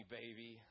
baby